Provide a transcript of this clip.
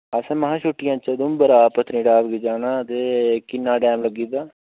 असें महा छुट्टियें च उधमपरा पत्नीटाप गी जाना ते किन्ना टैम लग्गी जंदा